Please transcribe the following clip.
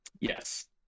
Yes